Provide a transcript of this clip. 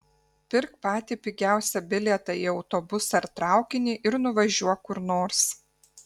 pirk patį pigiausią bilietą į autobusą ar traukinį ir nuvažiuok kur nors